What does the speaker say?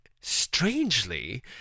Strangely